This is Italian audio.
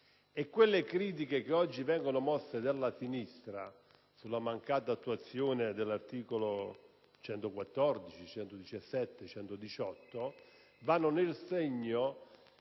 E quelle critiche che oggi vengono mosse dalla sinistra sulla mancata attuazione degli articoli 114, 117 e 118 vanno nel segno